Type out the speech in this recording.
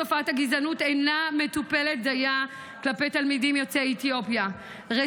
תופעת הגזענות כלפי תלמידים יוצאי אתיופיה אינה מטופלת דייה.